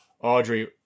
Audrey